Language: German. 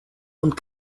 und